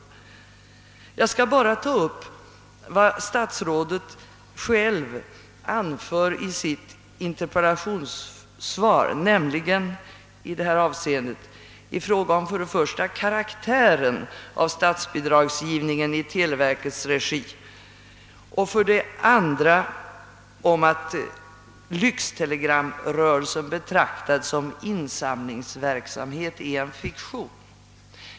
Jag skall bara beröra vad statsrådet själv anför i sitt interpellationssvar. Det gäller för det första karaktären avstatsbidragsgivningen i televerkets regi och för det andra uttalandet att lyxtelegramförsäljningen betraktad som insamlingsverksamhet är »en fiktion».